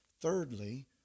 thirdly